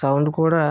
sound కూడా